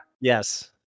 Yes